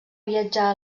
viatjar